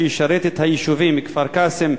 שישרת את היישובים כפר-קאסם,